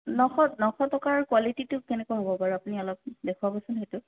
নশ নশ টকাৰ কোৱালিটিটো কেনেকুৱা হ'ব বাৰু আপুনি অলপ দেখুৱাবচোন সেইটো